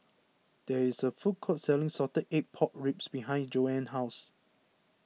there is a food court selling Salted Egg Pork Ribs behind Joanne's house